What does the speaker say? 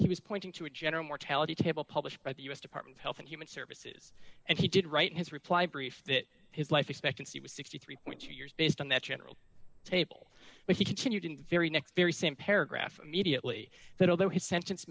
he was pointing to a general mortality table published by the us department of health and human services and he did write in his reply brief that his life expectancy was sixty three two years based on that general table but he continued in the very next very same paragraph immediately that although his sentence